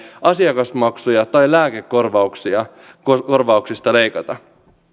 myöskään asiakasmaksuja nosteta tai lääkekorvauksista leikata